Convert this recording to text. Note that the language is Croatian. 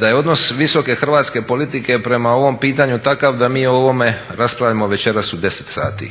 da je odnos visoke hrvatske politike prema ovom pitanju takav da mi o ovome raspravljamo večeras u 10 sati,